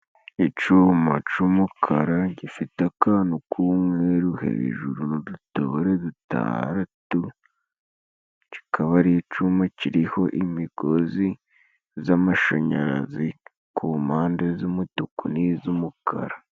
Icuma c'umukara gifite akantu k'umweru hejuru n'udutobore dutaratu, kikaba ari icuma kiriho imigozi z'amashanyarazi ku mpande z'umutuku niz'umukara.